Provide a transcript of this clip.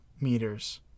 meters